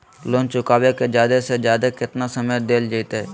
Loan चुकाबे के जादे से जादे केतना समय डेल जयते?